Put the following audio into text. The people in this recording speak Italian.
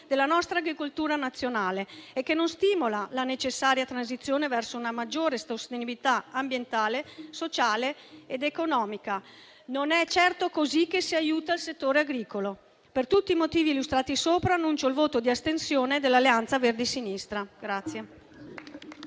della nostra agricoltura nazionale e che non stimola la necessaria transizione verso una maggiore sostenibilità ambientale, sociale ed economica. Non è certo così che si aiuta il settore agricolo. Per tutti i motivi illustrati, annuncio il voto di astensione del Gruppo Alleanza Verdi e Sinistra.